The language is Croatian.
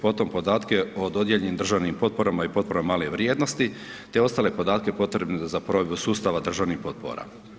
Potom podatke o dodijeljenim državnim potporama i potporama male vrijednosti te ostale podatke potrebne za provedbu sustava državnih potpora.